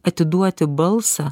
atiduoti balsą